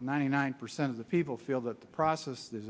ninety nine percent of the people feel that the process is